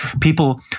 people